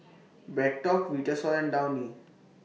BreadTalk Vitasoy and Downy